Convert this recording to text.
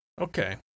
Okay